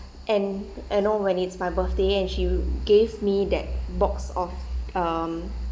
and you know when it's my birthday and she gave me that box of um